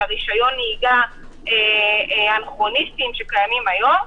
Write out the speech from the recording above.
רשיון הנהיגה האנכרוניסטיים שקיימים היום.